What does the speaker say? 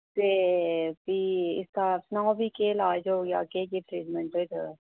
ते फ्ही इसदा सनाओ हां फ्ही केह् लाज होग जां केह् केह् ट्रीटमैंट होई सकदा